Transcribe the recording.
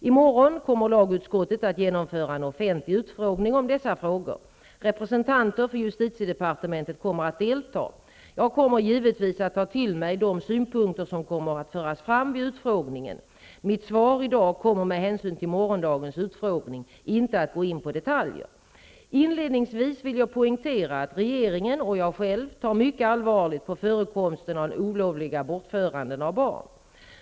I morgon kommer lagutskottet att genomföra en offentlig utfrågning om dessa frågor. Representanter för justitiedepartementet kommer att delta. Jag kommer givetvis att ta till mig de synpunkter som kommer att föras fram vid utfrågningen. Mitt svar i dag kommer med hänsyn till morgondagens utfrågning inte att gå in på detaljer. Inledningsvis vill jag poängtera att regeringen och jag själv tar mycket allvarligt på förekomsten av olovliga bortföranden av barn.